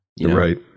Right